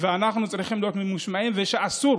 אנחנו צריכים להיות ממושמעים, ואסור